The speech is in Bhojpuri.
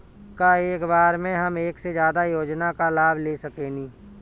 का एक बार में हम एक से ज्यादा योजना का लाभ ले सकेनी?